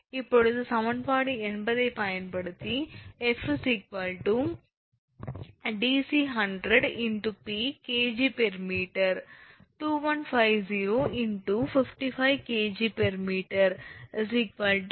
இப்போது சமன்பாடு 80 ஐப் பயன்படுத்தி 𝐹 𝑑𝑐100 × 𝑝 𝐾𝑔𝑚 2100 × 55 𝐾𝑔𝑚 1